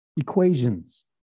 Equations